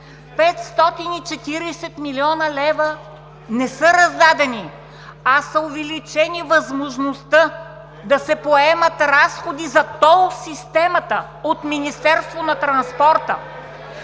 540 млн. лв. не са раздадени, а е увеличена възможността да се поемат разходи за тол системата от Министерството на транспорта.